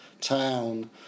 town